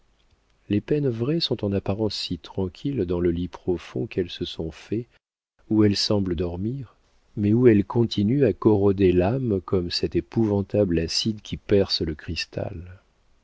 les peines vraies sont en apparence si tranquilles dans le lit profond qu'elles se sont fait où elles semblent dormir mais où elles continuent à corroder l'âme comme cet épouvantable acide qui perce le cristal